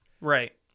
Right